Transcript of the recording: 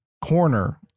corner